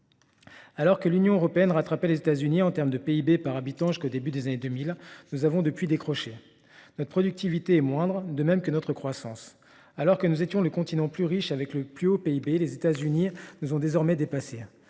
Alors que l’Union européenne rattrapait les États-Unis en termes de PIB par habitant jusqu’au début des années 2000, nous avons depuis décroché ; notre productivité est moindre, de même que notre croissance. Alors que nous étions le continent le plus riche, avec le PIB le plus élevé, nous avons été dépassés